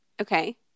Okay